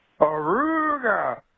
Aruga